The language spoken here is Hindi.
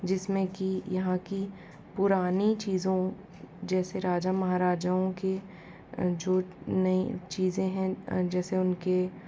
जिसमें की यहाँ की पुरानी चीज़ों जैसे राजा महाराजाओं के जो नई चीज़ें हैं जैसे उनके